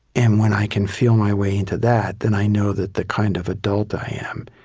and when i can feel my way into that, then i know that the kind of adult i am,